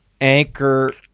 anchor